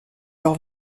leurs